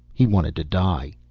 he wanted to die.